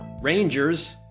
Rangers